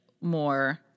more